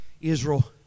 Israel